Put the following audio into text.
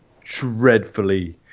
dreadfully